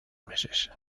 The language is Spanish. meses